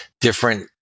different